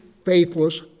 faithless